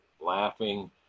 laughing